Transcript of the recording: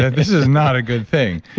this is not a good thing.